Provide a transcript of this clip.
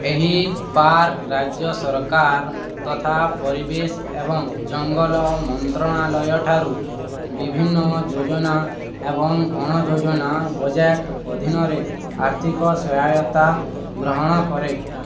ଏହି ପାର୍କ ରାଜ୍ୟ ସରକାର ତଥା ପରିବେଶ ଏବଂ ଜଙ୍ଗଲ ମନ୍ତ୍ରଣାଳୟଠାରୁ ବିଭିନ୍ନ ଯୋଜନା ଏବଂ ଅଣ ଯୋଜନା ବଜେଟ୍ ଅଧୀନରେ ଆର୍ଥିକ ସହାୟତା ଗ୍ରହଣ କରେ